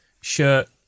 shirt